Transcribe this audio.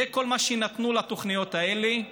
זה כל מה שנתנו לתוכניות האלה.